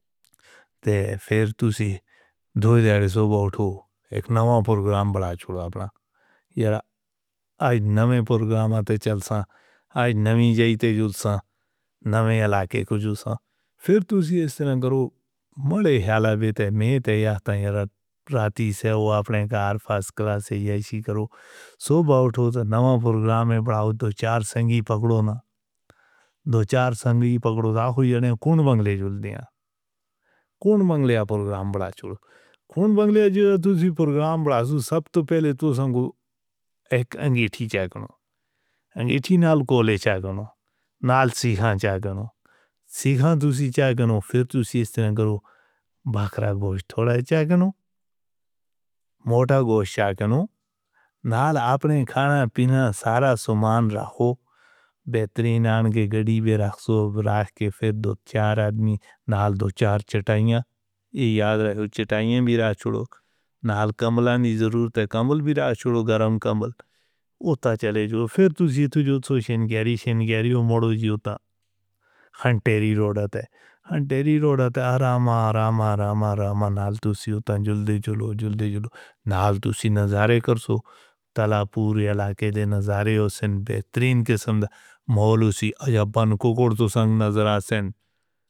تے پھر تسی دوئے دے رہے ہو بھاؤ تو ایک نواں پروگرام بنا چھوڑا اپنا۔ یارا آج نوے پروگرام آتے چلساں، آج نویں جائی تے جُلساں، نویں علاقے کو جُلساں۔ پھر تسی اس طرح کرو ملے حلالے تے میتے یا تائیں یارا پراتی سیاہو اپنے کار فاس کلاس ہے یاشی کرو۔ صبح اٹھو تاں نواں پروگرام ہے بڑھاؤ دو چار سنگی پکڑو نا۔ دو چار سنگی پکڑو دا کھوئی جنے کن بندلے جُلدے ہیں۔ کن بندلیا پروگرام بڑھاؤ۔ کن بندلیا جیوے تسی پروگرام بڑھاؤ۔ سب تو پہلے تسان کو ایک انگیٹھیاں کرنو۔ انگیٹھیاں نال کوڑے کرنو۔ نال سکھاں کرنو۔ سکھاں تسی کرنو۔ پھر تسی اس طرح کرو۔ بخراں گوشت تھوڑا ہے کرنو۔ موٹا گوشت کھاؤ۔ نال اپنے کھانا پینا سارا سمان راہو۔ بہترین آنکھیں گڑی بھی راہ سو۔ راشکے پھر دو چار آدمی نال دو چار چٹائیاں۔ یہ یاد رہو چٹائیاں بھی راہ چھوڑو۔ نال کمبلان دی ضرورت ہے۔ کمبل بھی راہ چھوڑو گرم کمبل۔ اتا چلے جیو۔ پھر تسی اتھو جاؤ تو شنگیری شنگیری ہو موڈو جیو تاں۔ ہنٹیری روڈا تے۔ ہنٹیری روڈا تے آرام آرام آرام آرام نال تسی اتھا جُل دے جُلوں۔ نال تسی نظارے کرسو۔ تلا پورے علاقے دے نظارے ہو سن بہترین قسم دا محول سی عجیبان کوکور تسانگ نظرا سن.